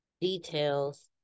details